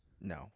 No